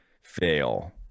fail